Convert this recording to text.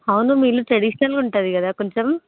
అవును మీ ఇల్లు ట్రెడిషనల్గా ఉంటుందిగా కొంచెం